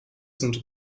sind